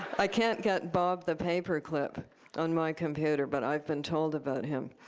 i can't get bob the paper clip on my computer. but i've been told about him.